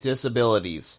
disabilities